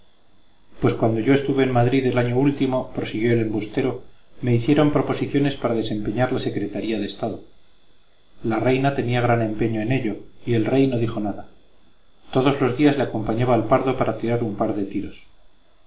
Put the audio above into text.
pues cuando yo estuve en madrid el año último prosiguió el embustero me hicieron proposiciones para desempeñar la secretaría de estado la reina tenía gran empeño en ello y el rey no dijo nada todos los días le acompañaba al pardo para tirar un par de tiros